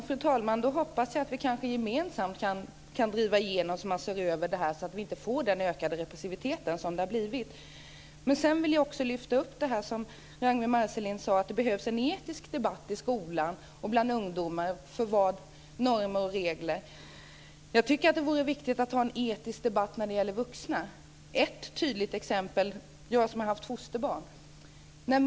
Fru talman! Jag hoppas att vi gemensamt kan driva igenom att man ser över detta så att vi inte får den ökade repressiviteten. Jag vill också lyfta fram det som Ragnwi Marcelind sade, nämligen att det behövs en etisk debatt i skolan och bland ungdomar när det gäller normer och regler. Jag tycker att det vore viktigt att ha en etisk debatt bland vuxna. Ett tydligt exempel kan jag ge som har haft fosterbarn.